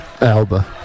Alba